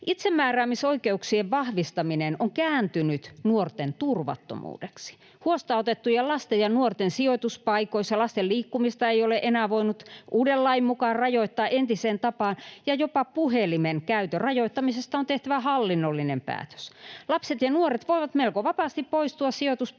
Itsemääräämisoikeuksien vahvistaminen on kääntynyt nuorten turvattomuudeksi. Huostaanotettujen lasten ja nuorten sijoituspaikoissa lasten liikkumista ei ole enää voinut uuden lain mukaan rajoittaa entiseen tapaan ja jopa puhelimen käytön rajoittamisesta on tehtävä hallinnollinen päätös. Lapset ja nuoret voivat melko vapaasti poistua sijoituspaikastaan,